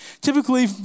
Typically